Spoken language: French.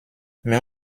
mais